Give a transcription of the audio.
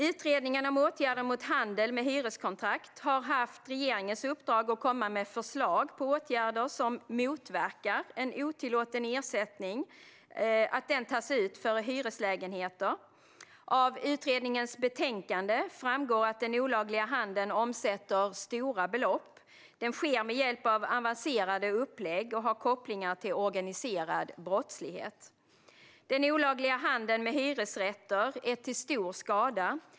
Utredningen om åtgärder mot handel med hyreskontrakt har haft regeringens uppdrag att komma med förslag på åtgärder som motverkar att otillåten ersättning tas ut för hyreslägenheter. Av utredningens betänkande framgår att den olagliga handeln omsätter stora belopp, sker med hjälp av avancerade upplägg och har kopplingar till organiserad brottslighet. Den olagliga handeln med hyresrätter är till stor skada.